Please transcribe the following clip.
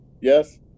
Yes